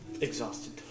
exhausted